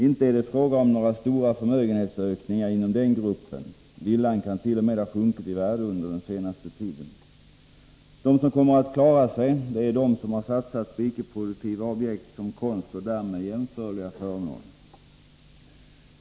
Inte är det fråga om några stora förmögenhetsökningar inom den gruppen. Villan kan t.o.m. ha sjunkit i värde under den senaste tiden. De som kommer att klara sig, är de som satsat på ickeproduktiva objekt som konst och därmed jämförliga föremål.